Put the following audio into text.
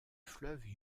fleuve